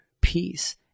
peace